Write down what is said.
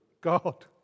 God